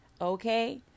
okay